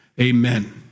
Amen